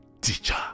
teacher